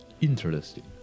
Interesting